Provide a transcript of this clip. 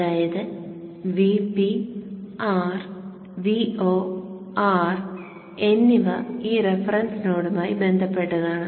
അതായത് VP R VO R എന്നിവ ഈ റഫറൻസ് നോഡുമായി ബന്ധപ്പെട്ടതാണ്